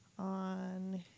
On